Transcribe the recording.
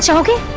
so okay,